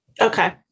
okay